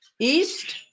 east